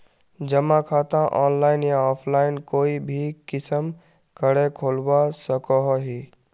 जमा खाता ऑनलाइन या ऑफलाइन कोई भी किसम करे खोलवा सकोहो ही?